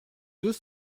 deux